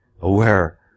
aware